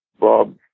Bob